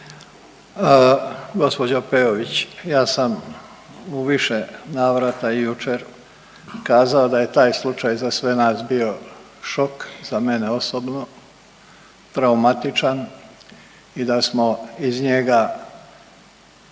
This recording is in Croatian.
Gospođa Peović, ja sam u više navrata jučer kazao da je taj slučaj za sve nas bio šok, za mene osobno traumatičan i da smo iz njega